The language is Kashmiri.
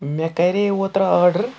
مےٚ کَرے اوترٕ آرڈَر